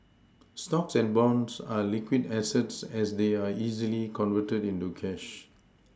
stocks and bonds are liquid assets as they are easily converted into cash